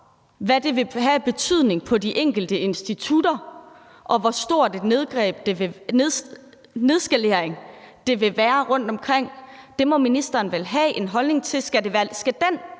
hvad det vil have af betydning på de enkelte institutter, og hvor stor en nedskalering det vil være rundtomkring. Det må ministeren vel have en holdning til. Skal den